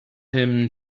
him